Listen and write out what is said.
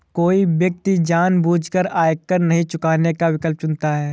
कोई व्यक्ति जानबूझकर आयकर नहीं चुकाने का विकल्प चुनता है